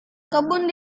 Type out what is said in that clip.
kebun